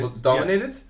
dominated